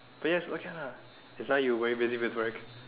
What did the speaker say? players okay lah cause now you busy with work